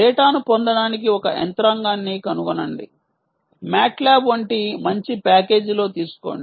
డేటాను పొందడానికి ఒక యంత్రాంగాన్ని కనుగొనండి మాట్లాబ్ వంటి మంచి ప్యాకేజీలో తీసుకోండి